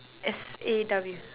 S A W